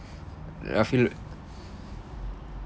I feel